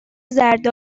زرد